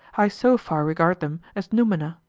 i so far regard them as noumena.